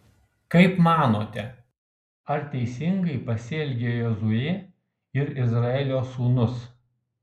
kaip manote ar teisingai pasielgė jozuė ir izraelio sūnus